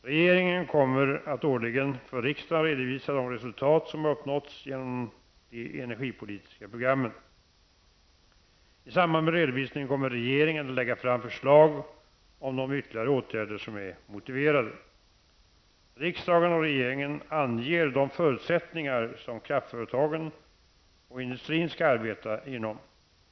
Regeringen kommer att årligen för riksdagen redovisa de resultat som har uppnåtts genom de energipolitiska programmen. I samband med redovisningen kommer regeringen att lägga fram förslag om de ytterligare åtgärder som är motiverade. Riksdagen och regeringen anger de förutsättningar som kraftföretagen och industrin skall arbeta inom.